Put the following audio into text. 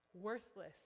Worthless